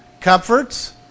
comforts